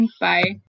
Bye